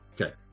Okay